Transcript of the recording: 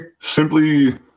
simply